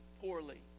poorly